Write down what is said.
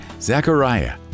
Zechariah